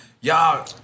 y'all